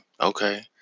okay